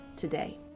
today